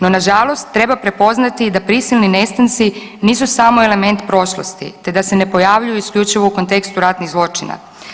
No na žalost treba prepoznati da prisilni nestanci nisu samo element prošlosti, te da se ne pojavljuju isključivo u kontekstu ratnih zločina.